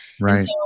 Right